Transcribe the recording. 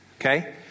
Okay